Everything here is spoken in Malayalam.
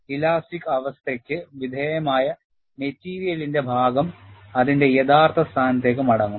ഇലാസ്റ്റിക് അവസ്ഥയ്ക്ക് വിധേയമായ മെറ്റീരിയലിന്റെ ഭാഗം അതിന്റെ യഥാർത്ഥ സ്ഥാനത്തേക്ക് മടങ്ങും